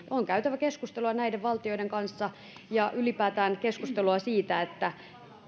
on käytävä keskustelua näiden valtioiden kanssa ja ylipäätään keskustelua siitä että